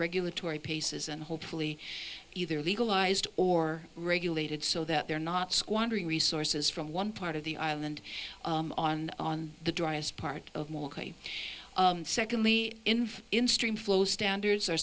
regulatory paces and hopefully either legalized or regulated so that they're not squandering resources from one part of the island on the driest part of secondly in stream flow standards are